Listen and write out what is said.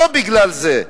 לא בגלל זה.